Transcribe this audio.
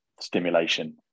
stimulation